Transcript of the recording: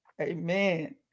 Amen